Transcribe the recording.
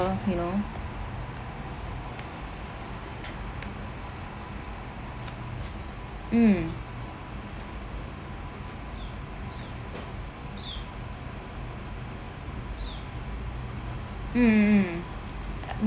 you know mm mm mm mm